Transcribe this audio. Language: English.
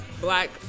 black